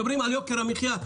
מדברים על יוקר המחיה.